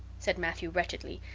said matthew wretchedly.